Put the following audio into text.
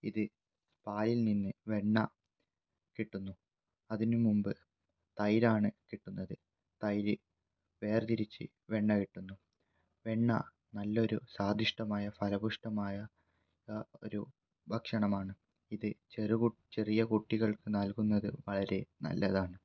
ഇത് പാലിൽ നിന്ന് വെണ്ണ കിട്ടുന്നു അതിനു മുൻപ് തൈരാണ് കിട്ടുന്നത് തൈര് വേർതിരിച്ച് വെണ്ണ കിട്ടുന്നു വെണ്ണ നല്ലൊരു സ്വാദിഷ്ടമായ ഫലഭൂയിഷ്ടമായ ഒരു ഭക്ഷണമാണ് ഇത് ചെറു കു ചെറിയ കുട്ടികൾക്ക് നൽകുന്നത് വളരെ നല്ലതാണ്